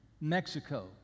Mexico